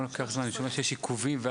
אומרים שיש עיכובים.